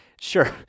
Sure